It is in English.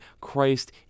Christ